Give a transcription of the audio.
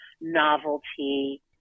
novelty